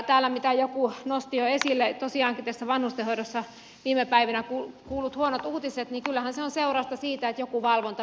täällä mitä joku nosti jo esille tosiaankin tässä vanhustenhoidossa viime päivinä kuullut huonot uutiset kyllä ovat seurausta siitä että joku valvonta pettää